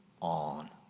on